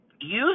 use